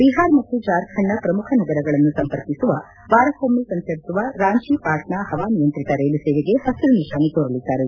ಬಿಹಾರ್ ಮತ್ತು ಜಾರ್ಖಂಡ್ನ ಪ್ರಮುಖ ನಗರಗಳನ್ನು ಸಂಪರ್ಕಿಸುವ ವಾರಕ್ಕೊಮ್ಮೆ ಸಂಚರಿಸುವ ರಾಂಚಿ ಪಾಟ್ನಾ ಹವಾನಿಯಂತ್ರಿತ ರೈಲು ಸೇವೆಗೆ ಹಸಿರು ನಿಶಾನೆ ತೋರಲಿದ್ದಾರೆ